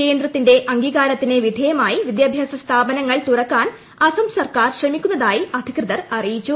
കേന്ദ്രത്തിന്റെ അംഗീകാരത്തിന് വിധേയമായി വിദ്യാഭ്യാസ സ്ഥാപനങ്ങൾ തുറക്കാൻ അസം സർക്കാർ ശ്രമിക്കുന്നതായി അധികൃതർ അറിയിച്ചു